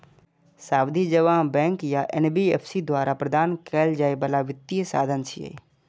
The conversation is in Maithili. सावधि जमा बैंक या एन.बी.एफ.सी द्वारा प्रदान कैल जाइ बला वित्तीय साधन छियै